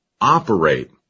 operate